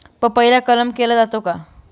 पपईला कलम केला जातो का?